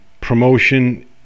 promotion